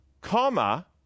comma